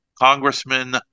Congressman